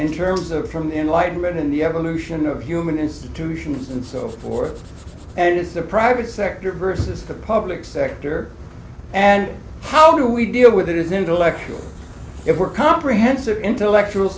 in terms of from the enlightenment in the evolution of human institutions and so forth and it's the private sector versus the public sector and how do we deal with it is intellectual if we're comprehensive intellectuals